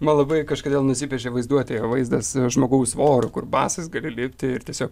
man labai kažkodėl nusipiešė vaizduotėje vaizdas žmogaus voro kur basas gali lipti ir tiesiog